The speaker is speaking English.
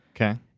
Okay